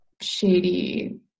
shady